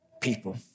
people